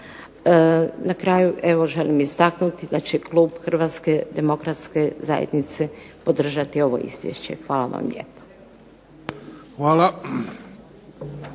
Na kraju evo želim istaknuti da će klub Hrvatske demokratske zajednice podržati ovo Izvješće. Hvala vam lijepa.